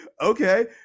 Okay